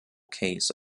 case